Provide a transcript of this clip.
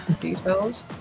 details